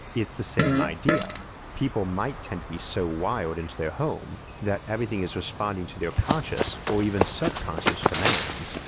it's the same idea people might tend to be so wired into their home that everything is responding to their conscious or even subconscious commands,